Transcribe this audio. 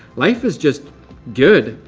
life is just good.